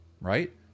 right